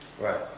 Right